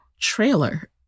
trailer